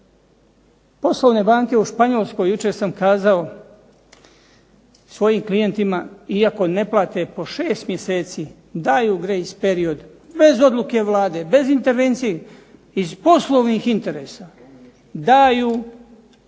Poslovne banke u Španjolskoj jučer sam kazao svojim klijentima iako ne plate po 6 mjeseci, daju grace period bez odluke Vlade bez intervencije, iz poslovnih interesa daju